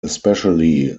especially